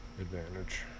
advantage